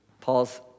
Paul's